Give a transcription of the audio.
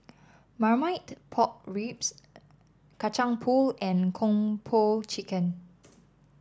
Marmite Pork Ribs Kacang Pool and Kung Po Chicken